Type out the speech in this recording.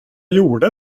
gjorde